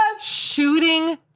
shooting